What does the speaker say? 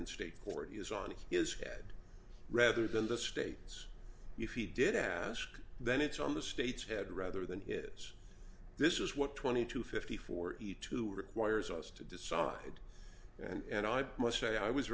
in state court is on his head rather than the state's if he did ask then it's on the state's head rather than is this is what twenty to fifty four to requires us to decide and i must say i was